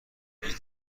میز